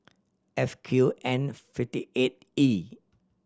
F Q N fifty eight E